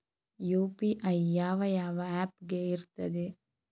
UPI ಯಾವ ಯಾವ app ಗೆ ಇರ್ತದೆ?